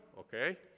Okay